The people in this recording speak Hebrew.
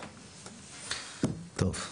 טוב.